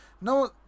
No